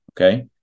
Okay